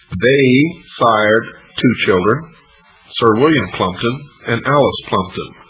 they sired two children sir william plumpton and alice plumpton.